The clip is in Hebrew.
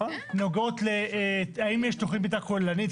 לשאלה האם יש תכנית מתאר כוללנית,